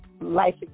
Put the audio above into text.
life